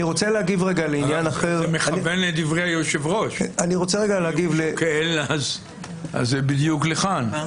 זה מכוון לדברי היושב-ראש, זה בדיוק לכאן.